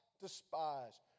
despise